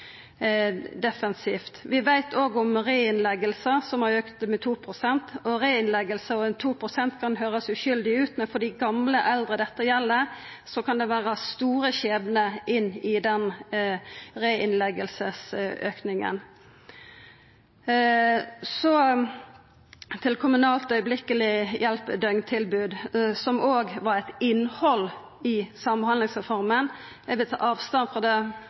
Vi veit òg at reinnleggingar har auka med 2 pst. Reinnleggingar og 2 pst. kan høyrast uskuldig ut, men for dei eldre dette gjeld, kan det vera store skjebnar inn i den reinnleggingsauka. Så til kommunalt strakshjelp døgntilbod, som òg var eit innhald i samhandlingsreforma. Eg vil ta avstand frå det